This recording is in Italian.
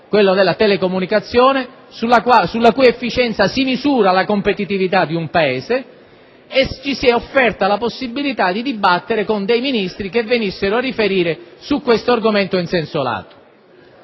Italia, della telecomunicazione, sulla cui efficienza si misura la competitività di un Paese, e ci si è offerta la possibilità di dibattere con dei ministri che venissero a riferire su questo argomento in senso lato.